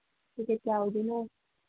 packet ꯀꯌꯥ ꯑꯣꯏꯗꯣꯏꯅꯣ